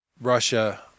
Russia